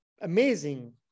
amazing